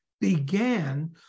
began